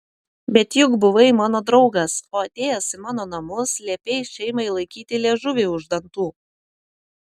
bet juk buvai mano draugas o atėjęs į mano namus liepei šeimai laikyti liežuvį už dantų